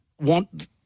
want